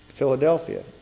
Philadelphia